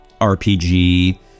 rpg